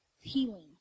healing